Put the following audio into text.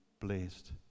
blessed